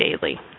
daily